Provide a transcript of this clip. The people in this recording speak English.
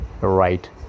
right